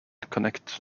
connect